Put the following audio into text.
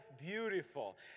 beautiful